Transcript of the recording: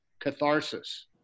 catharsis